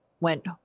went